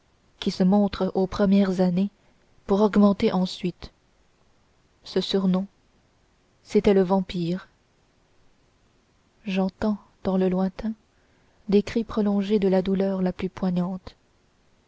qui se montre aux premières années pour augmenter ensuite ce surnom était le vampire j'entends dans le lointain des cris prolongés de la douleur la plus poignante